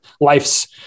life's